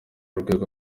rwego